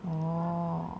oh